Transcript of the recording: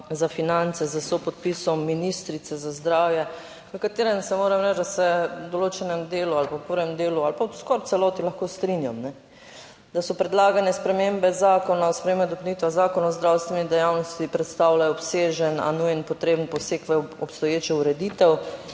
za finance s sopodpisom ministrice za zdravje, v katerem se, moram reči, da se v določenem delu ali pa v prvem delu ali pa v skoraj v celoti lahko strinjam. Da so predlagane spremembe Zakona o spremembah in dopolnitvah Zakona o zdravstveni dejavnosti, predstavljajo obsežen, a nujen potreben poseg v obstoječo ureditev.